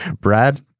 Brad